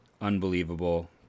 unbelievable